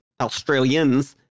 Australians